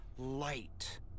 Light